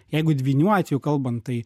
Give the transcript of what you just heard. jeigu dvynių atveju kalbant tai